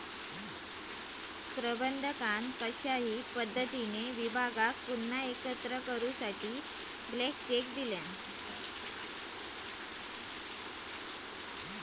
प्रबंधकान कशाही पद्धतीने विभागाक पुन्हा एकत्र करूसाठी ब्लँक चेक दिल्यान